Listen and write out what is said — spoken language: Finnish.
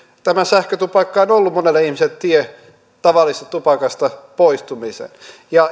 tämä sähkötupakka on ollut monelle ihmiselle tie tavallisesta tupakasta poistumiseen ja